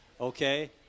okay